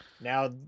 now